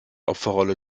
opferrolle